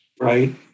right